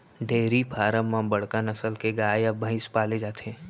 dairy farm म बड़का नसल के गाय या भईंस पाले जाथे